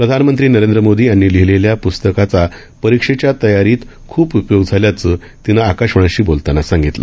प्रधानमंत्री नरेंद्र मोदी यांनी लिहिलेल्या प्रस्तकाचा परीक्षेच्या तयारीत खुप उपयोग झाल्याचं तिने आकाशवाणीशी बोलताना सांगितलं